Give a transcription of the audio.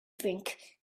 drink